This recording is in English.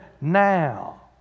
now